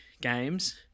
games